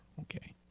Okay